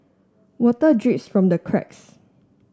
water drips from the cracks